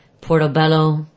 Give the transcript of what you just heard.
portobello